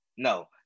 No